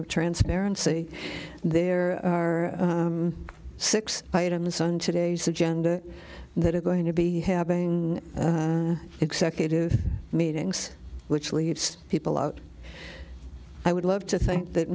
of transparency there are six items on today's agenda that are going to be having executive meetings which leaves people out i would love to think that